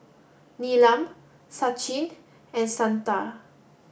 Neelam Sachin and Santha